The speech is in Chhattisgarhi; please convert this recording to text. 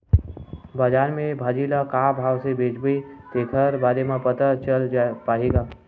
बजार में भाजी ल का भाव से बेचबो तेखर बारे में पता चल पाही का?